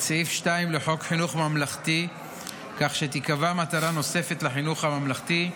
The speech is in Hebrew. סעיף 2 לחוק חינוך ממלכתי כך שתיקבע מטרה נוספת לחינוך הממלכתי: